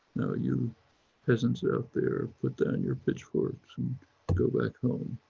now you peasants out there, put down your pitchforks and go back home.